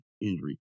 injury